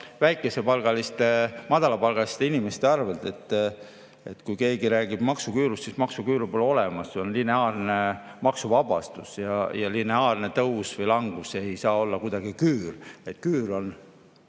väikesepalgaliste, madalapalgaliste inimeste arvel. Kui keegi räägib maksuküürust, siis maksuküüru pole olemas. On lineaarne maksuvabastus ja lineaarne tõus või langus, see ei saa kuidagi olla küür. Küür on